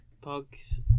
Pugs